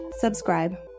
subscribe